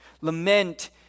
Lament